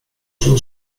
czym